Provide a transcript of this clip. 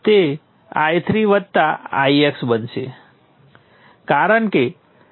પરંતુ હવે સમસ્યા એ છે કે આપણે એક સમીકરણ ગુમાવ્યું છે